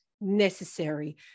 necessary